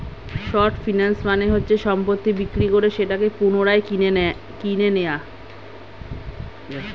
short finance মানে হচ্ছে সম্পত্তি বিক্রি করে সেটাকে পুনরায় কিনে নেয়া